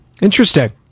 Interesting